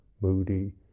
moody